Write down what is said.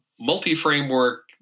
multi-framework